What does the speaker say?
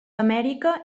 amèrica